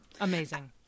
Amazing